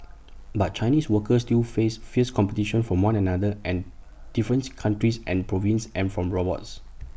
but Chinese workers still face fierce competition from one another and difference countries and provinces and from robots